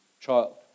child